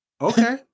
Okay